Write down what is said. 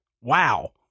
Wow